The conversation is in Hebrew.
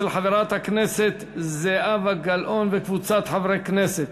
של חברת הכנסת זהבה גלאון וקבוצת חברי כנסת.